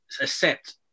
accept